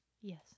Yes